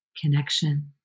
connection